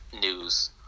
news